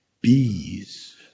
bees